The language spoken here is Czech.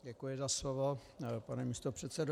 Děkuji za slovo, pane místopředsedo.